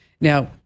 Now